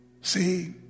See